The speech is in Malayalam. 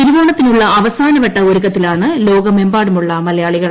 തിരുവോണത്തിനുള്ള അവസാനവട്ട ഒരുക്കത്തിലാണ് ലോകമെമ്പാടുമുള്ള മലയാളികൾ